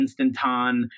instanton